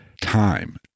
time